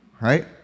Right